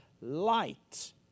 light